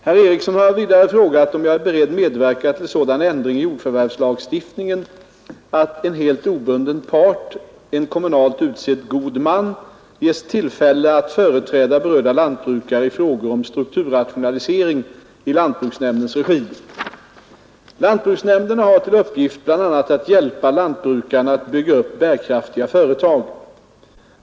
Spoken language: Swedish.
Herr Eriksson har vidare frågat om jag är beredd medverka till sådan ändring i jord förvärvslagstiftningen att en helt obunden part — en kommunalt utsedd god man ges tillfälle att företräda berörda lantbrukare i frågor om strukturrationalisering i lantbruksnämndens regi. Lantbruksnämnderna har till uppgift bl.a. att hjälpa lantbrukarna att bygga upp bärkraftiga företag.